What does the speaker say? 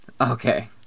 Okay